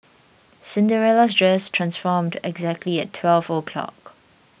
Cinderella's dress transformed exactly at twelve o'clock